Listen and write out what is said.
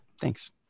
Thanks